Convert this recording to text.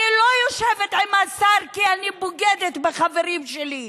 אני לא יושבת עם השר כי אני בוגדת בחברים שלי,